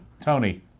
Tony